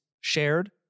shared